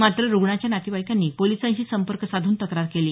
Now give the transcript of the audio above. मात्र रुग्णाच्या नातेवाईकांनी पोलिसांशी संपर्क साधून तक्रार केली